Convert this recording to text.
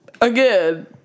Again